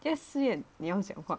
yes si yan 你要讲话